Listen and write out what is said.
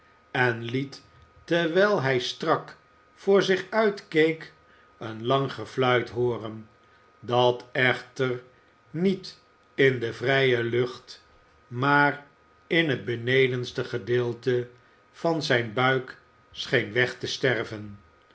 en liet terwijl hij strak voor zich uitkeek een lang gefluit hooren dat echter niet in de vrije lucht maar in het benedenste gedeelte van zijn buik scheen weg te sterven